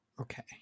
okay